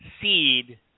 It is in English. Seed